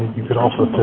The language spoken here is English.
could also